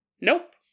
Nope